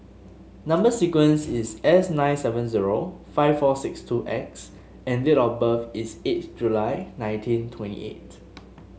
number sequence is S nine seven zero five four six two X and date of birth is eighth July nineteen twenty eight